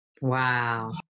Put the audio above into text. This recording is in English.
Wow